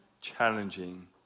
challenging